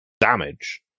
damage